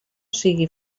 sigui